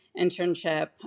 internship